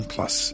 Plus